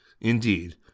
Indeed